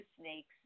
snakes